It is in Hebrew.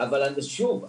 אבל שוב,